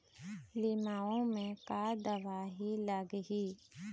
लिमाऊ मे का दवई लागिही?